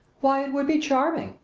why, it would be charming,